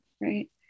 Right